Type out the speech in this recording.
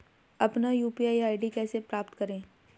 अपना UPI ID कैसे प्राप्त करें?